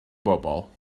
bobol